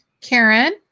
Karen